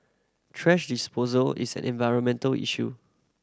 thrash disposal is an environmental issue